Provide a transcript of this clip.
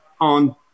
on